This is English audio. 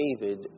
David